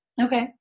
Okay